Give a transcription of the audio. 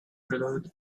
glued